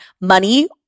money